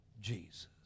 Jesus